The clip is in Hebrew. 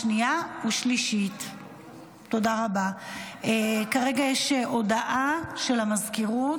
12 בעד, אין מתנגדים, אין נמנעים.